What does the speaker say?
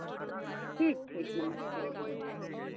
ठीक ठीक नमस्ते ठीक